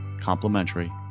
complimentary